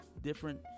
different